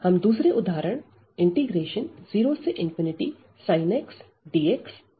हम दूसरे उदाहरण 0x dx पर विचार करते हैं